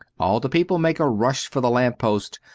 all the people make a rush for the lamp-post,